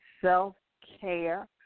self-care